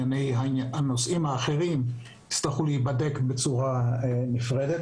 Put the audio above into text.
נאמר שהנושאים האחרים ייבדקו בצורה נפרדת.